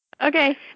Okay